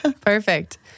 Perfect